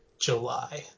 July